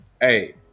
hey